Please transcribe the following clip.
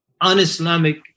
un-Islamic